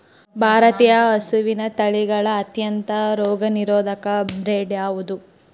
ಭಾರತೇಯ ಹಸುವಿನ ತಳಿಗಳ ಅತ್ಯಂತ ರೋಗನಿರೋಧಕ ಬ್ರೇಡ್ ಯಾವುದ್ರಿ?